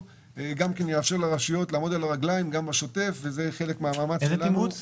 יאפר לרשויות לעמוד על הרגליים גם בשוטף וזה חלק ---.